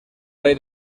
rei